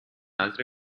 altre